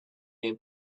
new